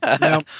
No